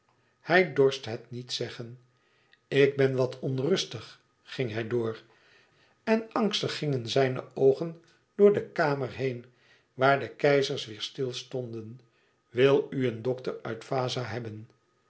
hij dorst het niet zeggen ik ben wat onrustig ging hij door en angstig gingen zijne oogen door de kamer heen waar de keizers weêr stil stonden wil u een dokter uit vaza hebben